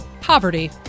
poverty